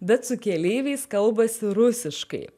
bet su keleiviais kalbasi rusiškai